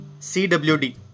CWD